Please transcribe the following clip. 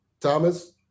Thomas